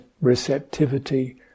receptivity